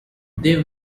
they